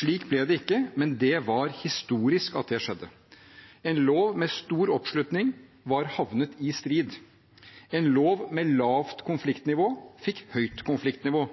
Slik ble det ikke, men det var historisk at det skjedde. En lov med stor oppslutning var havnet i strid. En lov med lavt konfliktnivå fikk høyt konfliktnivå.